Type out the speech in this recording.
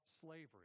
slavery